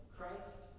Christ